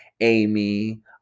amy